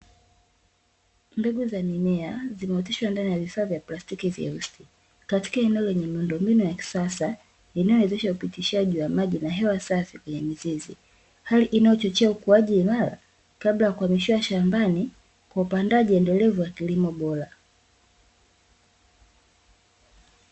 Mbegu za mimea zimeoteshwa ndani ya vifaa vya plastiki vyeusi, katika eneo lenye miundombinu ya kisasa inayowezesha upitishaji wa maji na hewa safi kwenye mizizi. Hali inayochochea ukuaji imara kabla ya kuhamishiwa shambani kwa upandaji endelevu wa kilimo bora.